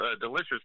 delicious